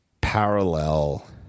parallel